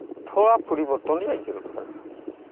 ᱛᱷᱚᱲᱟ ᱯᱚᱨᱤᱵᱚᱨᱛᱚᱱ ᱦᱩᱭᱩᱜ ᱡᱟᱨᱩᱲ ᱠᱟᱱᱟ